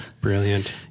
Brilliant